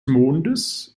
mondes